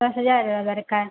ଦଶ୍ ହଜାର୍